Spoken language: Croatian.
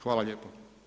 Hvala lijepa.